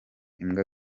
imbwa